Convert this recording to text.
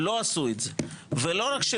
לא עשו זאת ולא רק זאת